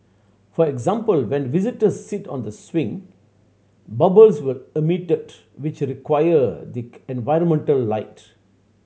for example when visitors sit on the swing bubbles will emitted which the acquire the environmental light